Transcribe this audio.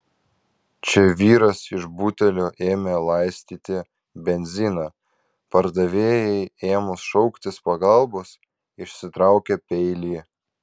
čia vyras iš butelio ėmė laistyti benziną pardavėjai ėmus šauktis pagalbos išsitraukė peilį